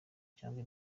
cyangwa